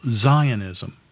Zionism